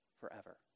forever